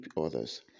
others